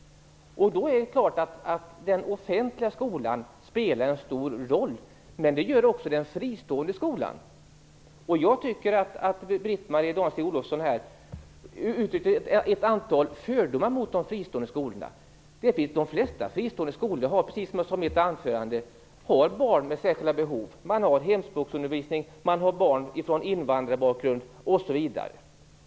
Den offentliga skolan spelar då naturligtvis en stor roll. Men det gör också den fristående skolan. Jag tycker att Britt-Marie Danestig-Olofsson uttryckte fördomar mot de fristående skolorna. De flesta fristående skolorna har barn med särskilda behov, hemspråksundervisning, barn med invandrarbakgrund osv.